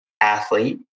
athlete